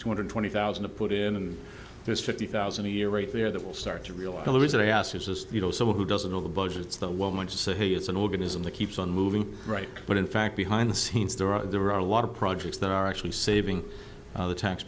two hundred twenty thousand to put in and there's fifty thousand a year right there that will start to realize the reason i ask is this you know someone who doesn't know the budgets the woman to say hey it's an organism that keeps on moving right but in fact behind the scenes there are there are a lot of projects that are actually saving the tax